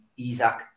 Isaac